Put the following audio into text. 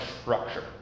structure